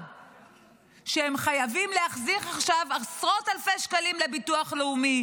שהם חייבים להחזיר עכשיו עשרות-אלפי שקלים לביטוח לאומי,